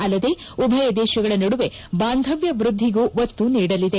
ಅಲ್ಲದೆ ಉಭಯ ದೇಶಗಳ ನಡುವೆ ಬಾಂಧವ್ಯ ವೃದ್ಧಿಗೂ ಒತ್ತು ನೀಡಲಿದೆ